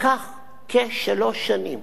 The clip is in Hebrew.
לקח כשלוש שנים